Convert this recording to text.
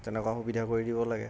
তেনেকুৱা সুবিধা কৰি দিব লাগে